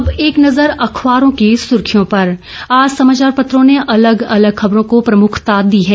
अब एक नजर अखबारों की सुर्खियों पर आज समाचार पत्रों ने अलग अलग खबरों को प्रमुखता दी है